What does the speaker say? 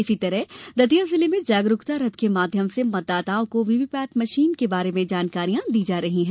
इसी तरह दतिया जिले में जागरूकता रथ के माध्यम से मतदाताओं को वीवीपेट मशीन के बारे में जानकारी दी जा रही है